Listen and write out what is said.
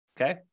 okay